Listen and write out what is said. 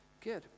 Good